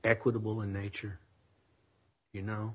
equitable in nature you know